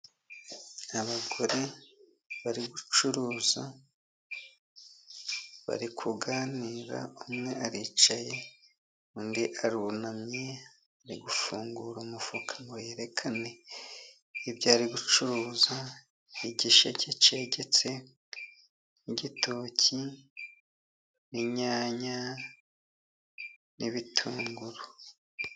Abagore bari gucuruza barikuganira umwe aricaye, undi arunamye ari gufungura umufuka ngo yerekane ibyari gucuruza igisheke cyegetse igitoki ,inyanya n'ibitunguru.